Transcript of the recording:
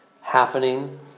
happening